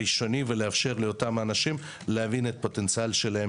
הראשוני ולאפשר לאותם אנשים להבין את הפוטנציאל שלהם